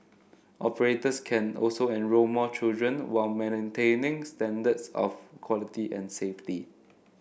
operators can also enrol more children while maintaining standards of quality and safety